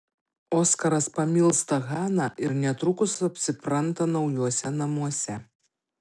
oskaras pamilsta haną ir netrukus apsipranta naujuose namuose